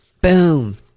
Boom